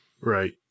Right